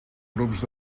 grups